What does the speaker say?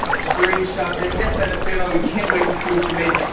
screenshot this and send us fan mail. we can't wait to see what you make.